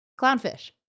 Clownfish